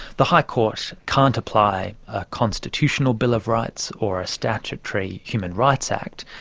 the high court can't apply a constitutional bill of rights or a statutory human rights act,